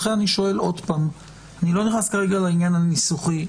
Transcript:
אני לא נכנס כרגע לעניין הניסוחי.